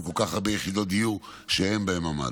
עם כל כך הרבה יחידות דיור שאין בהן ממ"ד.